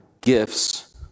gifts